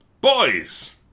Boys